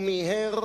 ומיהר